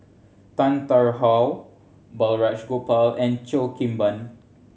Tan Tarn How Balraj Gopal and Cheo Kim Ban